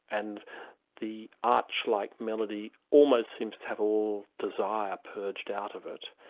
and the arch-like melody almost seems to have all desire purged out of it,